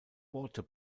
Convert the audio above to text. water